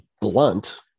blunt